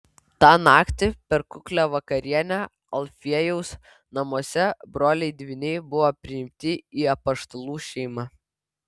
tą naktį per kuklią vakarienę alfiejaus namuose broliai dvyniai buvo priimti į apaštalų šeimą